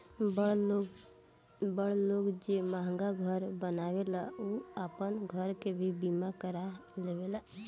बड़ लोग जे महंगा घर बनावेला उ आपन घर के भी बीमा करवा लेवेला